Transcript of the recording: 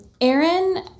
Aaron